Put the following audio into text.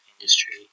industry